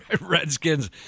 Redskins